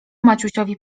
maciusiowi